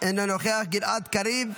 אינו נוכח, גלעד קריב,